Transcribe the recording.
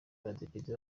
abadepite